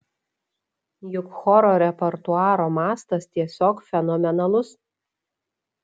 juk choro repertuaro mastas tiesiog fenomenalus